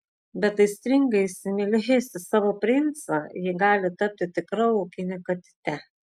bet aistringai įsimylėjusi savo princą ji gali tapti tikra laukine katyte